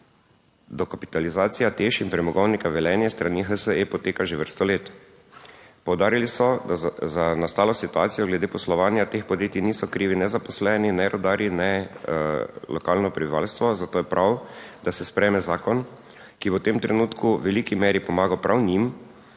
dokapitalizacija TEŠ in Premogovnika Velenje s strani HSE poteka že vrsto let. Poudarili so, da za nastalo situacijo glede poslovanja teh podjetij niso krivi ne zaposleni ne rudarji, ne lokalno prebivalstvo, zato je prav, da se sprejme zakon, ki bo v tem trenutku v veliki meri pomagal prav njim